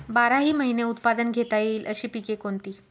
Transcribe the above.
बाराही महिने उत्पादन घेता येईल अशी पिके कोणती?